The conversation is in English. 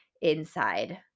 inside